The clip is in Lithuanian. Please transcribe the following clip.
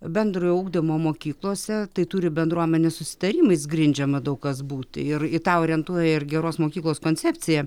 bendrojo ugdymo mokyklose tai turi bendruomenės susitarimais grindžiama daug kas būti į tą orientuoja ir geros mokyklos koncepcija